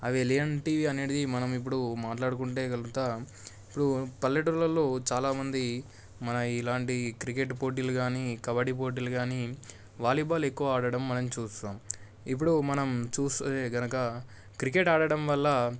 అవి ఎలాంటివి అనేది మనం ఇప్పుడు మాట్లాడుకుంటే కనుక ఇప్పుడు పల్లెటూళ్ళలో చాలా మంది మన ఇలాంటి క్రికెట్ పోటీలు కానీ కబడ్డీ పోటీలు కానీ వాలీబాల్ ఎక్కువ ఆడడం మనం చూస్తాం ఇప్పుడు మనం చూస్తే కనుక క్రికెట్ ఆడడం వల్ల